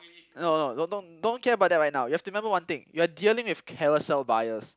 no no don't don't don't care about that right now you have to remember one thing you are dealing with Carousell buyers